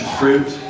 fruit